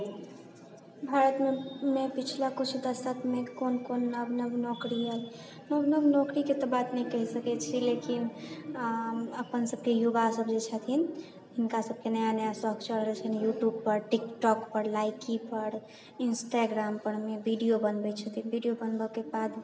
भारतमे पिछला किछु दशकमे कोन कोन नव नव नौकरी आयल नव नव नौकरीके तऽ बात नहि कहि सकैत छी लेकिन अपन सबके युवा सब जे छथिन हिनका सबके नव नव शौक चढ़ल छनि यूट्यूब पर टिक टोक पर लाइकी पर इंस्टाग्राम परमे वीडियो बनबैत छथिन वीडियो बनबऽके बाद